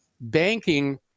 banking